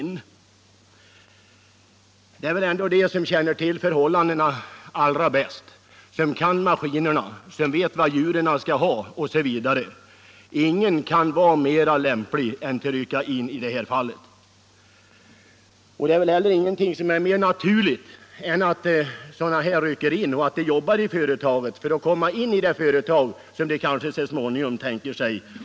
— Nr 76 Det är väl ändå de som känner till förhållandena allra bäst — som kan ma Fredagen den skinerna, som vet vad djuren skall ha osv. Ingen kan vara mera lämpad 5 mars 1976 att rycka in i sådana fall. FR STO BASAR Ingenting är väl heller mer naturligt än att barnen rycker in och jobbar = Avveckling av s.k. i det företag som de kanske så småningom tänker driva.